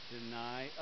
Deny